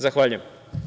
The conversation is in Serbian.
Zahvaljujem.